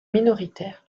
minoritaire